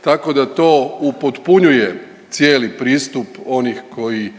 tako da to upotpunjuje cijeli pristup onih koji